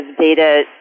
data